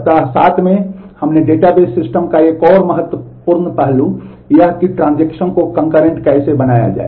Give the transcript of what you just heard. सप्ताह 7 में हमने डेटाबेस सिस्टम का एक और महत्वपूर्ण पहलू यह है कि ट्रांज़ैक्शन कैसे बनाया जाए